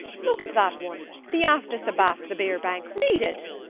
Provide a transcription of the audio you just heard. look at that one, the aftest abaft the bier-bank read it!